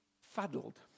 fuddled